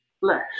flesh